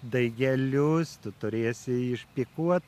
daigelius tu turėsi išpikuot